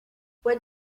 what